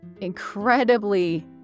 incredibly